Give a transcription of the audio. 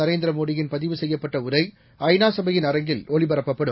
நரேந்திர மோடியின் பதிவு செய்யப்பட்ட உரை ஐநா சபையின் அரங்கில் ஒளிபரப்பப்படும்